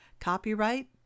Copyright